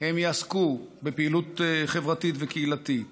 הם יעסקו בפעילות חברתית וקהילתית